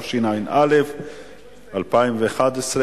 התשע"א 2011,